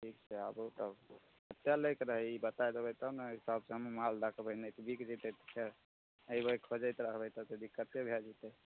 ठीक छै आबू तब कते लैके रहए ई बता देब तबने हिसाबसँ हमहुँ माल रखबय नहि तऽ बिक जेतय फेर एबय खोजति रहबय तब तऽ दिक्कते भए जेतय